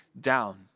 down